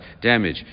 damage